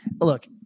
look